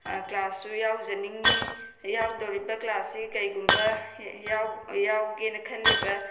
ꯀ꯭ꯂꯥꯁꯁꯨ ꯌꯥꯎꯖꯅꯤꯡꯏ ꯌꯥꯎꯗꯧꯔꯤꯕ ꯀ꯭ꯂꯥꯁ ꯑꯁꯤ ꯀꯔꯤꯒꯨꯝꯕ ꯌꯥꯎꯒꯦꯅ ꯈꯜꯂꯤꯕ